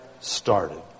started